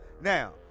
Now